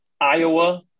Iowa